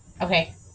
Okay